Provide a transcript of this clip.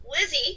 Lizzie